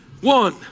one